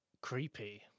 creepy